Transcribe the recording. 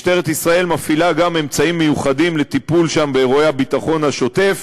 משטרת ישראל מפעילה גם אמצעים מיוחדים לטיפול באירועי הביטחון השוטף.